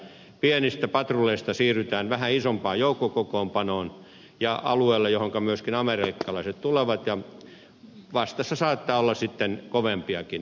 pienistä patrulleista siirrytään vähän isompaan joukkokokoonpanoon ja alueelle johon myöskin amerikkalaiset tulevat ja vastassa saattaa olla sitten kovempiakin